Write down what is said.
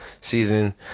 season